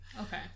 Okay